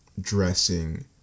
dressing